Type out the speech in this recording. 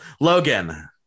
Logan